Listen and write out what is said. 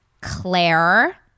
Claire